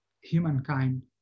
humankind